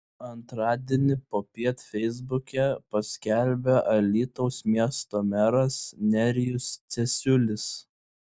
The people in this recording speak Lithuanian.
antradienį popiet feisbuke paskelbė alytaus miesto meras nerijus cesiulis